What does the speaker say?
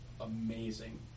amazing